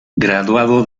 graduado